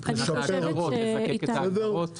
מבחינת ההגדרות, לזקק את ההגדרות?